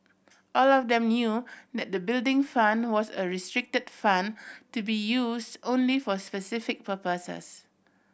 all of them knew that the Building Fund was a restricted fund to be use only for specific purposes